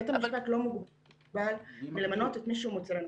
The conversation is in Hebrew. בית המשפט לא מוגבל מלמנות את מי שהוא מוצא לנכון.